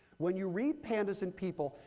when you read pandas and people,